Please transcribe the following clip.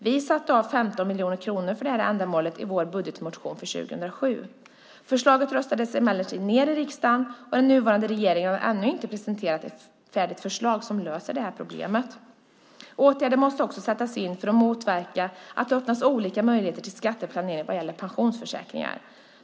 Vi satte av 15 miljoner kronor för detta ändamål i vår budgetmotion för 2007. Förslaget röstades emellertid ned i riksdagen, och den nuvarande regeringen har ännu inte presenterat ett färdigt förslag som löser problemet. Åtgärder måste också sättas in för att motverka att det öppnas för olika möjligheter till skatteplanering vad gäller pensionsförsäkringar.